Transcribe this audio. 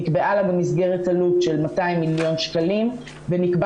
נקבעה לה מסגרת עלות של 200 מיליון שקלים ונקבע